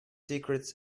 secrets